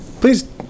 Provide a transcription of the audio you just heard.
please